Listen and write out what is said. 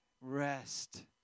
rest